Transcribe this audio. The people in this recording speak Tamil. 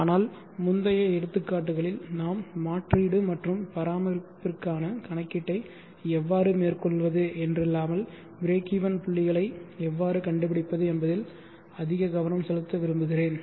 ஆனால் முந்தைய எடுத்துக்காட்டுகளில் நாம் மாற்றீடு மற்றும் பராமரிப்பிற்கான கணக்கீட்டை எவ்வாறு மேற்கொள்வது என்றில்லாமல் பிரேக்வென் புள்ளிகளை எவ்வாறு கண்டுபிடிப்பது என்பதில் அதிக கவனம் செலுத்த விரும்புகிறேன்